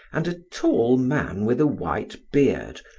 and a tall man with a white beard,